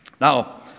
Now